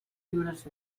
llibres